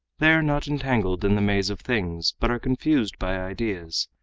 they are not entangled in the maze of things, but are confused by ideas,